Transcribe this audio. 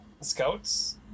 Scouts